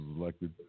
elected